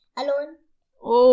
alone